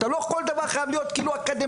לא כל דבר חייב להיות אקדמאי.